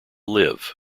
live